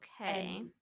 Okay